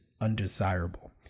undesirable